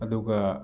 ꯑꯗꯨꯒ